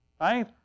right